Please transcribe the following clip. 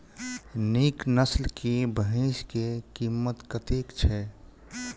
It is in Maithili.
नीक नस्ल केँ भैंस केँ कीमत कतेक छै?